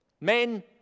men